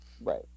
right